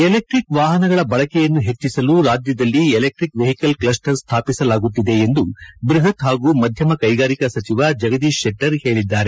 electric ವಾಹನಗಳ ಬಳಕೆಯನ್ನು ಹೆಚ್ಚಿಸಲು ರಾಜ್ಯದಲ್ಲಿ ಎಲೆಕ್ಟಿಕ್ ವೆಹಿಕಲ್ ಕ್ಲಸ್ಟರ್ ಸ್ಥಾಪಿಸಲಾಗುತ್ತಿದೆ ಎಂದು ಬೃಹತ್ ಪಾಗೂ ಮಧ್ಯಮ ಕೈಗಾರಿಕಾ ಸಚಿವ ಜಗದೀಶ್ ಶೆಟ್ಟರ್ ಪೇಳಿದ್ದಾರೆ